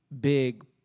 big